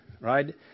right